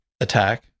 attack